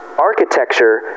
Architecture